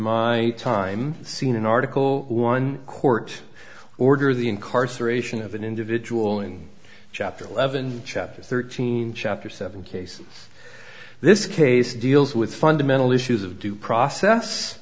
my time seen an article one court order the incarceration of an individual in chapter eleven chapter thirteen chapter seven cases this case deals with fundamental issues of due process